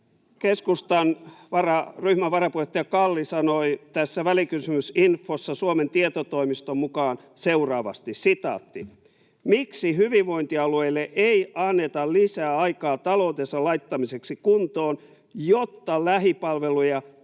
keskustan ryhmän varapuheenjohtaja Kalli sanoi tässä välikysymysinfossa Suomen Tietotoimiston mukaan seuraavasti: ”Miksi hyvinvointialueille ei anneta lisää aikaa taloutensa laittamiseksi kuntoon, jotta lähipalveluja